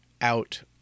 out